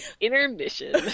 Intermission